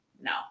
no